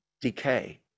decay